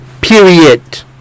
Period